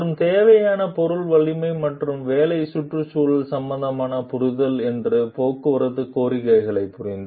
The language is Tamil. மற்றும் தேவையான பொருள் வலிமை மற்றும் வேலை சுற்றுச்சூழல் சம்மந்தமான புரிதல் என்று போக்குவரத்து கோரிக்கைகளை புரிந்து